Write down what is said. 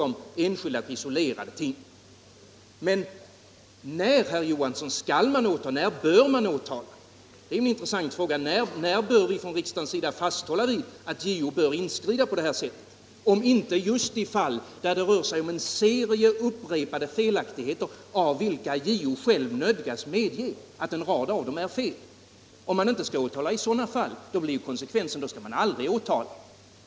Men, herr Johansson, när bör man åtala och när bör vi från riksdagens sida säga att JO bör inskrida, om inte just i fall där det rör sig om en serie upprepade felaktigheter och där även JO nödgats medge att det förekommit fel? Om man inte skall åtala i sådana fall, då blir konsekvenserna att man aldrig skall åtala.